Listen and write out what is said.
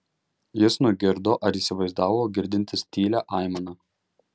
jis nugirdo ar įsivaizdavo girdintis tylią aimaną